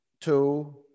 two